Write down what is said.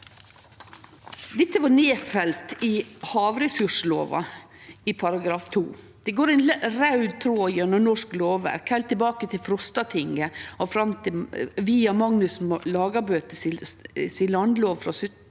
Dette er nedfelt i havressurslova § 2. Det går ein raud tråd gjennom norsk lovverk, heilt tilbake til Frostatinget, via Magnus Lagabøte si landslov frå 1274